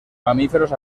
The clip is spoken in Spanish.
mamíferos